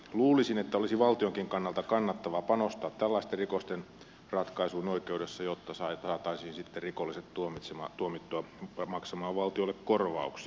luulisin että olisi valtionkin kannalta kannattavaa panostaa tällaisten rikosten ratkaisuun oikeudessa jotta saataisiin sitten rikolliset tuomittua maksamaan valtiolle korvauksia